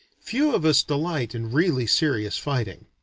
few of us delight in really serious fighting.